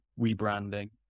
rebranding